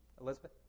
Elizabeth